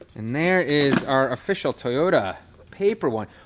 and there is our official toyota paper one,